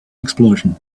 explosion